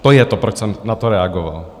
To je to, proč jsem na to reagoval.